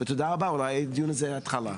תודה רבה, אולי הדיון הזה הוא התחלה.